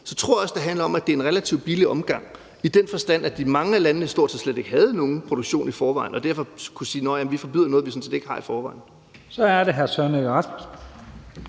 det handler om, at det er en relativt billig omgang, i den forstand at mange af landene stort set slet ikke havde nogen produktion i forvejen og derfor kunne sige: Nå ja, vi forbyder noget, vi sådan set ikke har i forvejen. Kl. 15:23 Første